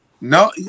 No